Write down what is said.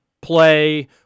play